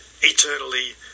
eternally